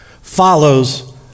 follows